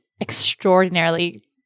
extraordinarily